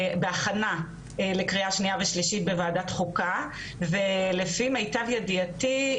בהכנה לקריאה שניה ושלישית בוועדת חוקה ולפי מיטב ידיעתי,